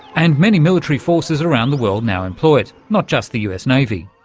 and many military forces around the world now employ it, not just the us navy.